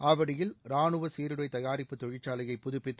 ஆவடியில் ராணுவ சீருடை தயாரிப்பு தொழிற்சாலையை புதுப்பித்து